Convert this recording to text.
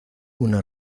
una